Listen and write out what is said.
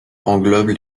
englobe